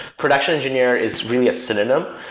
production engineer is really a synonym.